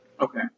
Okay